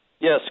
Yes